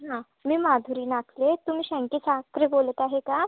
हा मी माधुरी लाटके तुम्ही शांती शास्त्री बोलत आहे का